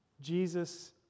Jesus